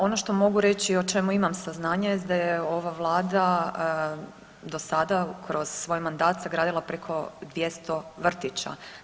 Ono što mogu reći o čemu imam saznanja jest da je ova vlada dosada kroz svoji mandat sagradila preko 200 vrtića.